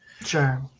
Sure